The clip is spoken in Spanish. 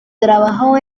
trabajó